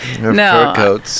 no